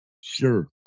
Sure